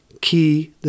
Key